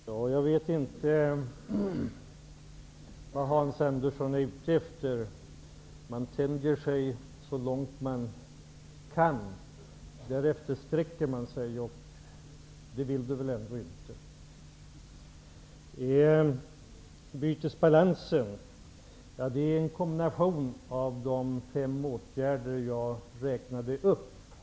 Herr talman! Jag vet inte vad Hans Andersson är ute efter. Om man tänjer sig så långt man kan, så sträcker man sig. Det vill väl inte Hans Andersson. Bytesbalansen är en kombination av de fem åtgärder som jag räknade upp.